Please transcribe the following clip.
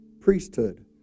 priesthood